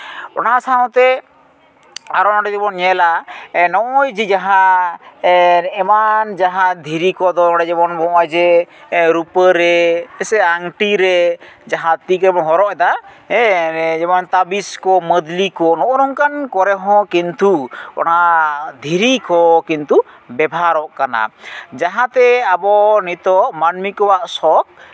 ᱚᱱᱟ ᱥᱟᱶᱛᱮ ᱟᱨᱚ ᱱᱚᱸᱰᱮ ᱡᱩᱫᱤᱵᱚᱱ ᱧᱮᱞᱟ ᱱᱚᱜᱼᱚᱭ ᱡᱮ ᱡᱟᱦᱟᱸ ᱮᱢᱟᱱ ᱡᱟᱦᱟᱸ ᱫᱷᱤᱨᱤ ᱠᱚᱫᱚ ᱱᱚᱸᱰᱮ ᱡᱮᱢᱚᱱ ᱱᱚᱜᱼᱚᱭ ᱡᱮ ᱨᱩᱯᱟᱹᱨᱮ ᱥᱮ ᱟᱝᱴᱤ ᱨᱮ ᱡᱟᱦᱟᱸ ᱛᱤ ᱠᱚᱨᱮᱫ ᱵᱚᱱ ᱦᱚᱨᱚᱜ ᱮᱫᱟ ᱦᱮᱸ ᱡᱮᱢᱚᱱ ᱛᱟᱹᱵᱤᱥ ᱠᱚ ᱢᱟᱹᱫᱽᱞᱤ ᱠᱚ ᱱᱚᱜᱼᱚ ᱱᱚᱝᱠᱟᱱ ᱠᱚᱨᱮᱦᱚᱸ ᱠᱤᱱᱛᱩ ᱚᱱᱟ ᱫᱷᱤᱨᱤ ᱠᱚ ᱠᱤᱱᱛᱩ ᱵᱮᱵᱷᱟᱨᱚᱜ ᱠᱟᱱᱟ ᱡᱟᱦᱟᱸᱛᱮ ᱟᱵᱚ ᱱᱤᱛᱚᱜ ᱢᱟᱹᱱᱢᱤ ᱠᱚᱣᱟᱜ ᱥᱚᱠ